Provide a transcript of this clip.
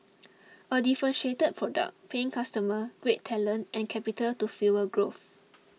a differentiated product paying customer great talent and capital to fuel growth